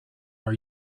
are